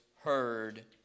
heard